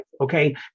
Okay